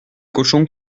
cochons